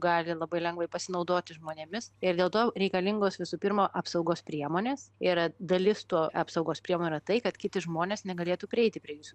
gali labai lengvai pasinaudoti žmonėmis ir dėl to reikalingos visų pirma apsaugos priemonės yra dalis tų apsaugos priemonių yra tai kad kiti žmonės negalėtų prieiti prie jūsų